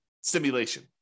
simulation